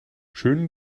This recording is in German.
schönen